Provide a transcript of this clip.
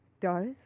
Doris